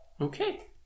Okay